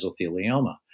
mesothelioma